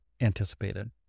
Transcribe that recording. anticipated